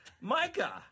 Micah